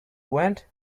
went